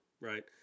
right